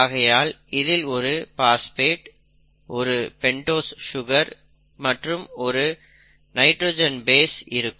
ஆகையால் இதில் ஒரு பாஸ்பேட் ஒரு பெண்டோஸ் சுகர் மற்றும் ஒரு நைட்ரஜன் பேஸ் இருக்கும்